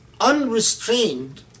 unrestrained